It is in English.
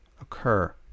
occur